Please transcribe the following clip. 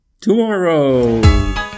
tomorrow